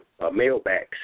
mailbacks